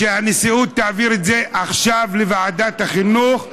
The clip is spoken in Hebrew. שהנשיאות תעביר את זה עכשיו לוועדת החינוך,